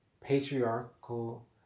patriarchal